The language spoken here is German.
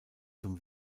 zum